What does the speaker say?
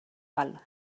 val